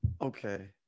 okay